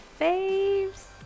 faves